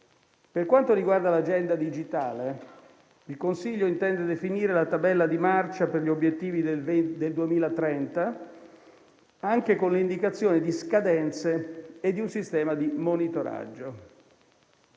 Per quanto riguarda l'Agenda digitale, il Consiglio intende definire la tabella di marcia per gli obiettivi del 2030, anche con l'indicazione di scadenze e di un sistema di monitoraggio.